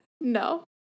No